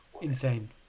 Insane